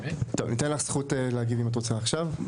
ניתן לך זכות להגיב אם את רוצה עכשיו.